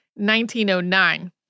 1909